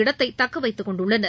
இடத்தை தக்கவைத்துக்கொண்டுள்ளனர்